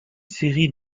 série